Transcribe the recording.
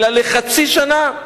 אלא לחצי שנה.